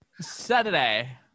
Saturday